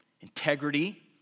integrity